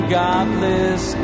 godless